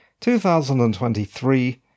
2023